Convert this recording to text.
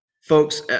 folks